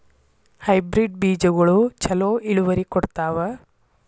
Hybrid ಬೇಜಗೊಳು ಛಲೋ ಇಳುವರಿ ಕೊಡ್ತಾವ?